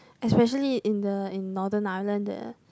especially in the in Northern island the